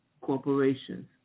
corporations